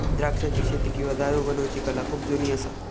द्राक्षाची शेती किंवा दारू बनवुची कला खुप जुनी असा